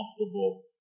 comfortable